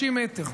30 מטרים?